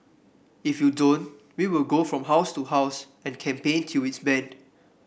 if you don't we will go from house to house and campaign till it is banned